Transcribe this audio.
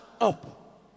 up